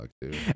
dude